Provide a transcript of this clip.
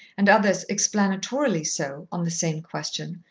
and others explanatorily so, on the same question,